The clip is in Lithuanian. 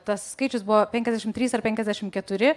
tas skaičius buvo penkiasdešim trys ar penkiasdešim keturi